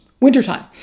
wintertime